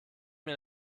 mir